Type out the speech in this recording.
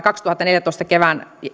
kaksituhattaneljätoista kevään